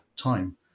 time